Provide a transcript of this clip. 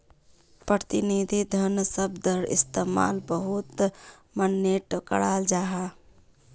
प्रतिनिधि धन शब्दर इस्तेमाल बहुत माय्नेट कराल जाहा